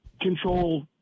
control